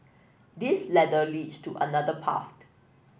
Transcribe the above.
this ladder leads to another path